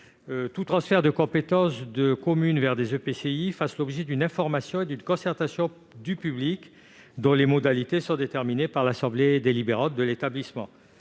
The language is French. tout transfert de compétence des communes vers des EPCI fasse l'objet d'une information du public et d'une concertation dont les modalités sont déterminées par l'assemblée délibérante de l'établissement.